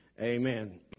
amen